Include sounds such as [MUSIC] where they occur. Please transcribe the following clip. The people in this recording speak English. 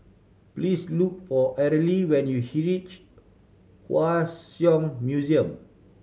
please look for Arely when you [UNINTELLIGIBLE] Hua Song Museum